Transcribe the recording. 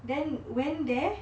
then went there